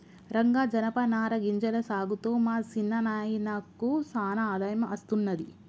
రంగా జనపనార గింజల సాగుతో మా సిన్న నాయినకు సానా ఆదాయం అస్తున్నది